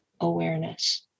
awareness